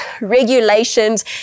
regulations